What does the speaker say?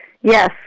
Yes